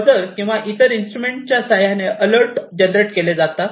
buzzer किंवा इतर instrument च्या सहाय्याने अलर्ट जनरेट केले जातात